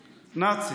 נאציים.